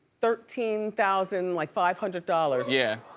thirteen thousand like five hundred dollars. yeah.